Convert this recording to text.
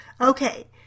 Okay